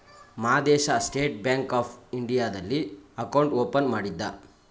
Madesha State Bank of ಇಂಡಿಯಾದಲ್ಲಿ account open ಮಾಡಿದ್ದ